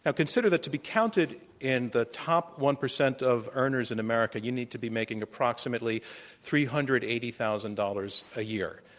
ah consider that to be counted in the top one percent of earners in america, you need to be making approximately three hundred and eighty thousand dollars a year.